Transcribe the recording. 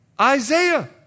Isaiah